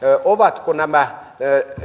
ovatko nämä